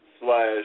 slash